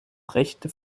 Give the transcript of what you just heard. rechte